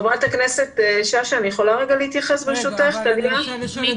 שבו ותאמרו מה המנגנון היעיל ביותר.